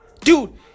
dude